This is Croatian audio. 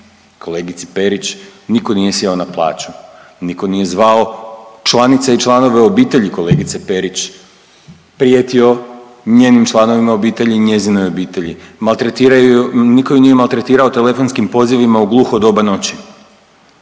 Kolegici Perić niko nije sjeo na plaću, niko nije zvao članice i članove obitelji kolegice Perić, prijetio njenim članovima obitelji i njezinoj obitelji, niko ju nije maltretirao telefonskim pozivima u gluho doba noći.